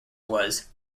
was